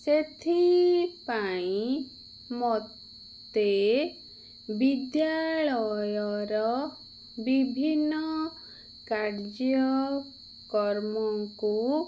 ସେଥିପାଇଁ ମୋତେ ବିଦ୍ୟାଳୟର ବିଭିନ୍ନ କାର୍ଯ୍ୟକ୍ରମକୁ